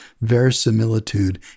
verisimilitude